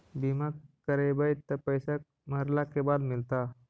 बिमा करैबैय त पैसा मरला के बाद मिलता?